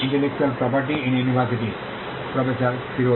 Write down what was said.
intellectual property শেখা